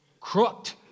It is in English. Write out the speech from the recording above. crooked